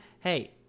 hey